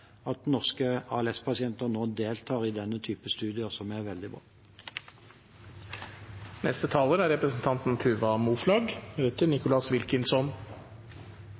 at norske ALS-pasienter nå deltar i denne typen studier, noe som er veldig bra.